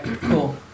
cool